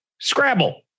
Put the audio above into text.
Scrabble